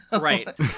Right